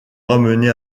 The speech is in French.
ramené